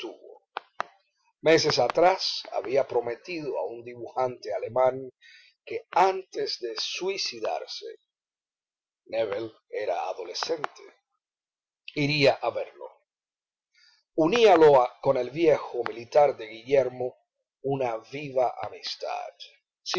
meses atrás había prometido a un dibujante alemán que antes de suicidarse nébel era adolescente iría a verlo uníalo con el viejo militar de guillermo una viva amistad